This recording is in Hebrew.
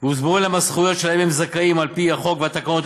והוסברו להם הזכויות שלהן הם זכאים על-פי החוק והתקנות.